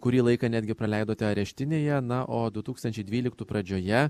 kurį laiką netgi praleidote areštinėje na o du tūkstančiai dvyliktų pradžioje